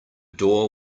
door